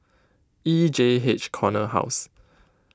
E J H Corner House